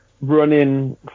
running